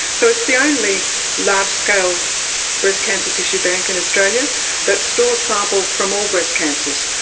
so it's the only large-scale breast cancer tissue bank in australia that stores samples from all breast cancers.